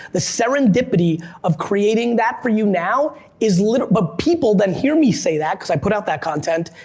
the serendipity of creating that for you now is literal, but people then here me say that, cause i put out that content,